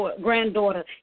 granddaughter